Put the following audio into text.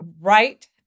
right